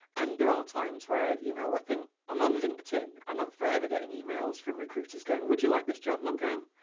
and there are times where you know i think i'm on linkedin and i'm forever getting emails from recruiters going would you like this job and i'm going,